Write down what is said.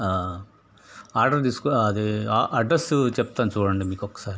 order తీసుకో అదే address చెప్తాను చూడండి మీకొకసారి